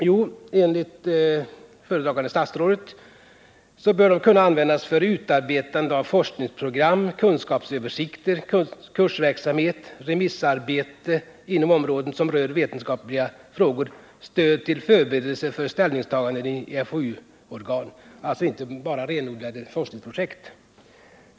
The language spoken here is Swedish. Jo, enligt föredragande statsrådet bör de kunna användas för utarbetande av forskningsprogram, kunskapsöversikter, kursverksamhet, remissarbete inom områden som rör vetenskapliga frågor och stöd till förberedelser för ställningstaganden i FoU-organ — alltså inte bara egentliga forskningsprojekt.